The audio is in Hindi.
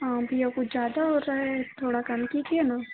हाँ भैया कुछ ज्यादा हो रहा है थोड़ा कम कीजिये न